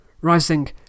Rising